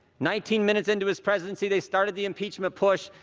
nineteen minutes into his presidency, they started the impeachment push.